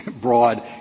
broad